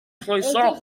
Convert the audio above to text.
croeso